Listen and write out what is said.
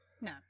No